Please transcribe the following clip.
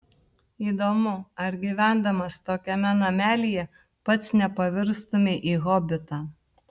įdomu ar gyvendamas tokiame namelyje pats nepavirstumei į hobitą